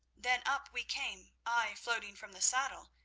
then up we came, i floating from the saddle,